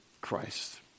Christ